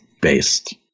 based